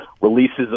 releases